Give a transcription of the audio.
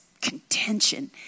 contention